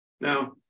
Now